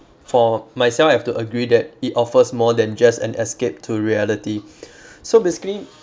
for myself I have to agree that it offers more than just an escape to reality so basically